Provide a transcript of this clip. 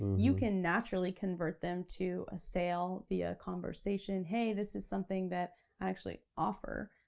you can naturally convert them to a sale via conversation. hey, this is something that i actually offer,